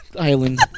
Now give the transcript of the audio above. island